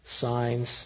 signs